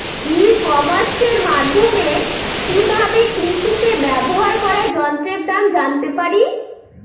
ই কমার্সের মাধ্যমে কি ভাবে কৃষিতে ব্যবহার করা যন্ত্রের দাম জানতে পারি?